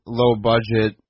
low-budget